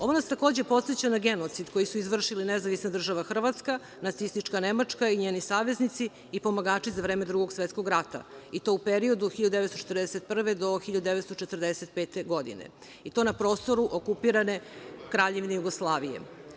Ovo nas takođe podseća na genocid koji su izvršili NDH, nacistička Nemačka i njeni saveznici i pomagači za vreme Drugog svetskog rata i to u periodu od 1941. do 1945. godine i to na prostoru okupirane Kraljevine Jugoslavije.